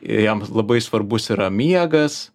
ir jiems labai svarbus yra miegas